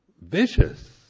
vicious